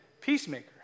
peacemaker